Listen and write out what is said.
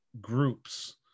groups